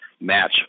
match